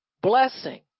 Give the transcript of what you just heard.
blessing